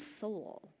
soul